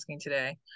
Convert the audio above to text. today